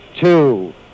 two